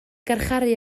garcharu